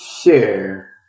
Share